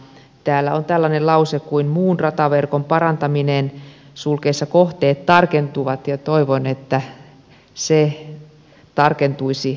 täällä on tällainen lause kuin muun rataverkon parantaminen ja toivon että ne tarkentuisivat rantarataan